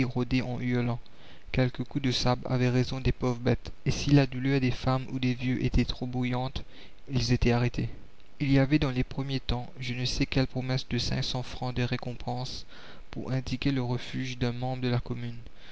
rôdaient en hurlant quelques coups de sabre avaient raison des pauvres bêtes et si la douleur des femmes ou des vieux était trop bruyante ils étaient arrêtés il y avait dans les premiers temps je ne sais quelle promesse de francs de récompense pour indiquer le refuge d'un membre de la commune